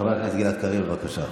חבר הכנסת גלעד קריב, בבקשה.